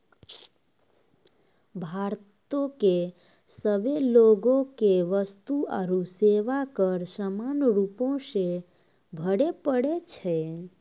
भारतो के सभे लोगो के वस्तु आरु सेवा कर समान रूपो से भरे पड़ै छै